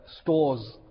stores